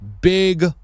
big